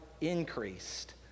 increased